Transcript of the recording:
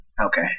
Okay